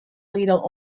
little